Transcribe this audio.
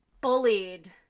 bullied